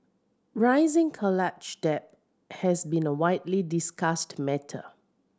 rising college debt has been a widely discussed matter